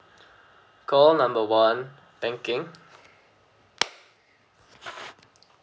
call number one banking